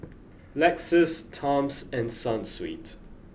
Lexus Toms and Sunsweet